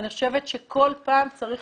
אני חושבת שבכל פעם צריך